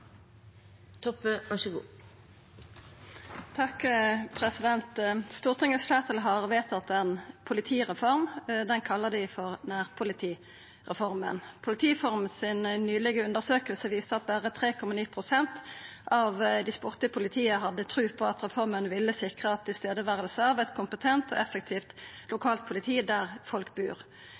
har vedtatt ei politireform kalla nærpolitireforma. Politiforum si nylege undersøking viser at berre 3,9 pst. av dei spurde i politiet hadde tru på at reforma ville sikra nærvære av eit kompetent og effektivt lokalt politi der folk bur.